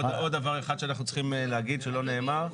עוד דבר אחד שאנחנו צריכים להגיד, שלא נאמר.